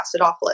acidophilus